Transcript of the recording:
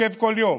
ואני עוקב כל יום,